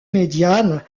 médiane